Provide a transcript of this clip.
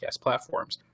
platforms